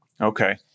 Okay